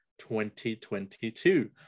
2022